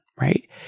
right